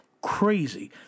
crazy